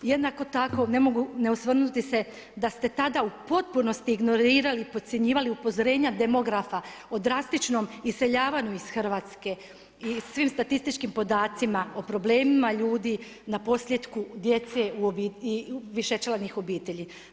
Jednako tako ne mogu ne osvrnuti se da ste tada u potpunosti ignorirali i podcjenjivali upozorenja demografa o drastičnom iseljavanju iz Hrvatske i svim statističkim podacima, o problemima ljudi, naposljetku djece i višečlanih obitelji.